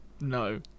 No